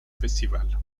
festival